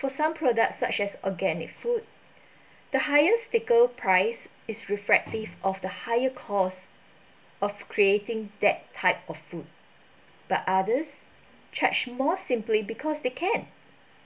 for some products such as organic food the highest sticker price is reflective of the higher cost of creating that type of food but others charge more simply because they can